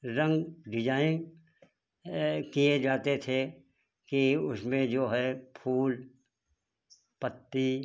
रंग डिजाइन किए जाते थे कि उसमें जो है फूल पत्ती